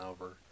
over